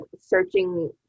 searching